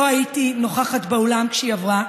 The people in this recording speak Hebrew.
לא הייתי נוכחת באולם כשהיא עברה.